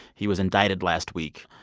he was indicted last week.